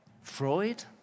Freud